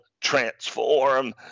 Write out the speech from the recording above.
transform